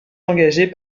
engagé